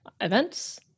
events